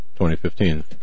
2015